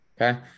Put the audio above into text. Okay